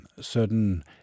certain